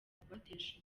kubatesha